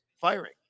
firing